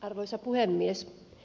arvoisa puhemies